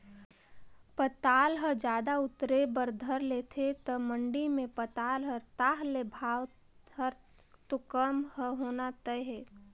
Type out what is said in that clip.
पताल ह जादा उतरे बर धर लेथे त मंडी मे पताल हर ताह ले भाव हर तो कम ह होना तय हे